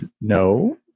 No